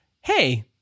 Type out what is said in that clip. hey